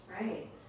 Right